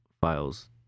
files